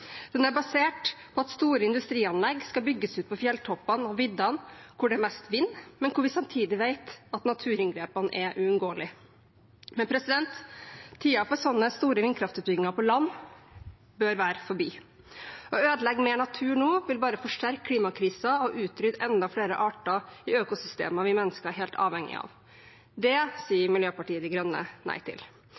Den er basert på at store industrianlegg skal bygges ut på fjelltoppene og viddene hvor det er mest vind, men hvor vi samtidig vet at naturinngrepene er uunngåelige. Men tiden for sånne store vindkraftutbygginger på land bør være forbi. Å ødelegge mer natur nå vil bare forsterke klimakrisen og utrydde enda flere arter i økosystemer som vi mennesker er helt avhengige av. Det sier Miljøpartiet De Grønne nei til.